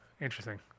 Interesting